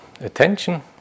attention